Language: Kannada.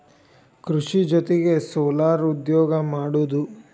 ಕೃಷಿ ಜೊತಿಗೆ ಸೊಲಾರ್ ಉದ್ಯೋಗಾ ಮಾಡುದು